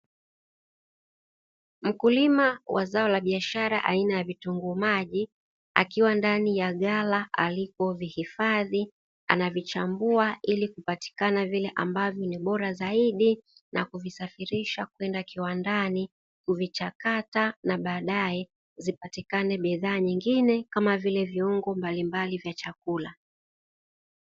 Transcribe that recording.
Mkulima wa zao la biashara aina ya vitunguu maji, akiwa ndani ya ghala alipovihifadhi, anavichambua ili kupatikana vile ambavyo ni bora zaidi na kuvisafirisha kwenda kiwandani, kuvichakata na baadae zipatikane bidhaa nyingine kama vile viungo mbalimbali vya chakula.